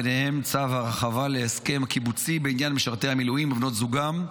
וביניהם צו הרחבה להסכם קיבוצי בעניין משרתי המילואים ובנות זוגם,